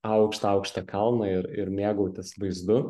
aukštą aukštą kalną ir ir mėgautis vaizdu